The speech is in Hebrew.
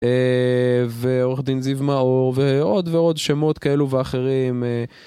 ועורך דין זיו מאור ועוד ועוד שמות כאלו ואחרים